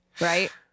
right